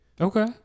Okay